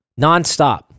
nonstop